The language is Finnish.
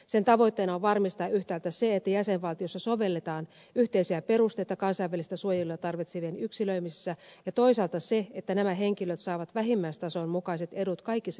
sen tavoitteena on varmistaa yhtäältä se että jäsenvaltioissa sovelletaan yhteisiä perusteita kansainvälistä suojelua tarvitsevien yksilöimisessä ja toisaalta se että nämä henkilöt saavat vähimmäistason mukaiset edut kaikissa jäsenvaltioissa